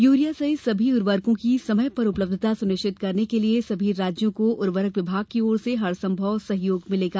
urea सहित सभी उर्वरकों की समय पर उपलब्धता सुनिश्चित करने के लिए सभी राज्यों को उर्वरक विभाग की ओर से हरसंभव सहयोग मिलेगा